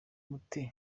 mute